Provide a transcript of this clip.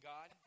God